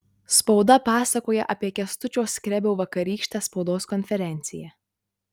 spauda pasakoja apie kęstučio skrebio vakarykštę spaudos konferenciją